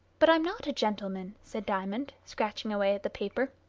but i'm not a gentleman, said diamond, scratching away at the paper.